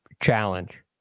Challenge